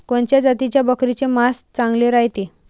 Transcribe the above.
कोनच्या जातीच्या बकरीचे मांस चांगले रायते?